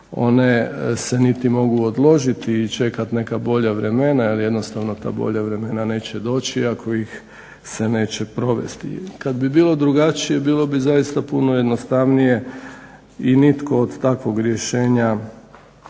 One se niti mogu odložiti i čekat neka bolja vremena, jer jednostavna ta bolja vremena neće doći, iako ih se neće provesti. Kad bi bilo drugačije, bilo bi zaista puno jednostavnije i nitko od takvog rješenja